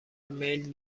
میل